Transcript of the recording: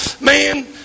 Man